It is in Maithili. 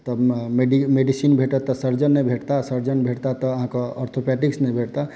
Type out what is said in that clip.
तऽ मेडिसीन भेटत तऽ सर्जन नहि भेटता सर्जन भेटत तऽ आहाँकेँ अर्थोपैटिक्स नहि भेटता